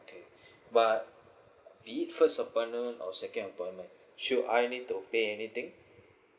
okay but is it first appointment or second appointment should I need to pay anything